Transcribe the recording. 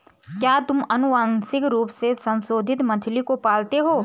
क्या तुम आनुवंशिक रूप से संशोधित मछली को पालते हो?